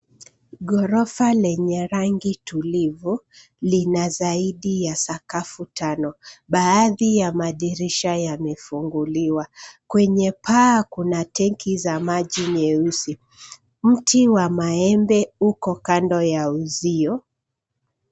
Ghorofa lenye rangi tulivu, lina zaidi ya sakafu tano. Baadhi ya madirisha yamefunguliwa. Kwenye paa, kuna tenki za maji nyeusi. Mti wa maembe uko kando ya uzio.